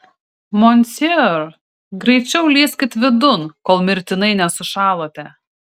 monsieur greičiau lįskit vidun kol mirtinai nesušalote